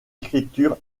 écriture